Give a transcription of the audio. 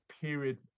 period